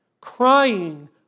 crying